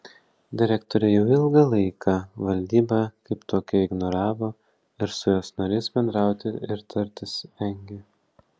direktorė jau ilgą laiką valdybą kaip tokią ignoravo ir su jos nariais bendrauti ir tartis vengė